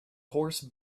horse